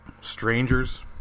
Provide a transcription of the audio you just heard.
strangers